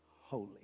holy